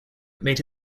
made